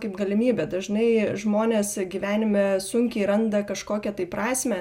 kaip galimybė dažnai žmonės gyvenime sunkiai randa kažkokią tai prasmę